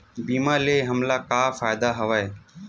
बीमा ले हमला का फ़ायदा हवय?